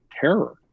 terror